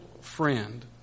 friend